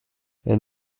elle